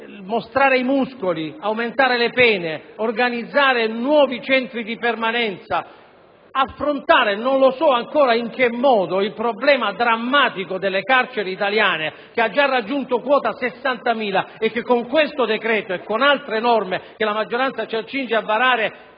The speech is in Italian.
e sterile i muscoli, aumentare le pene, organizzare nuovi centri di permanenza, affrontare - non so ancora in che modo - il problema drammatico delle carceri italiane, che hanno già raggiunto quota 60.000 e che con questo decreto e con altre norme che la maggioranza si accinge a varare